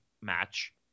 match